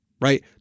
right